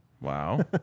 Wow